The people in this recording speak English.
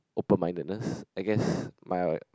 open mindedness I guess my